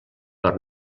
per